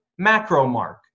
Macromark